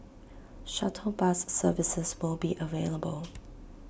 shuttle bus services will be available